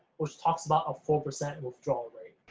which talks about a four percent withdrawal rate,